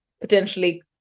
potentially